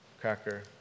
cracker